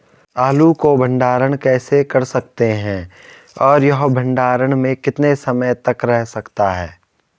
आलू को भंडारण कैसे कर सकते हैं और यह भंडारण में कितने समय तक रह सकता है?